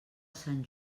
sant